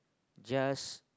just